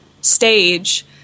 stage